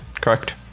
correct